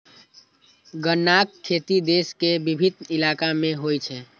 गन्नाक खेती देश के विभिन्न इलाका मे होइ छै